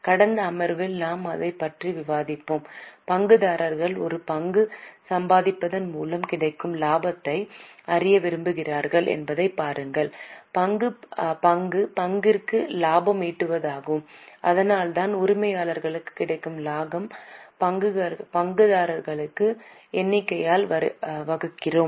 கடந்த அமர்வில் நாம் அதைப் பற்றி விவாதித்தோம் பங்குதாரர்கள் ஒரு பங்கு சம்பாதிப்பதன் மூலம் கிடைக்கும் லாபத்தை அறிய விரும்புகிறார்கள் என்பதைப் பாருங்கள் பங்கு பங்கிற்கு லாபம் ஈட்டுவதாகும் அதனால்தான் உரிமையாளர்களுக்கு கிடைக்கும் லாபம் பங்குகளின் எண்ணிக்கையால் வகுக்கிறோம்